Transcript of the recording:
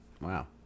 Wow